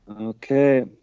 Okay